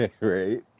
Right